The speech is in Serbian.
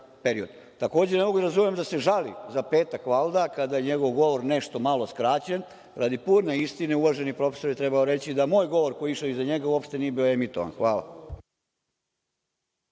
period. Takođe, ne mogu da razumem da se žali, valjda za petak, kada je njegov govor nešto malo skraćen. Radi pune istine, uvaženi profesore, trebalo je reći da moj govor koji je išao iza njega uopšte nije bio emitovan. Hvala.